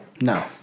No